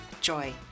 joy